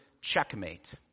Checkmate